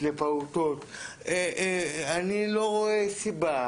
לפעוטות אני לא רואה סיבה